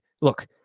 Look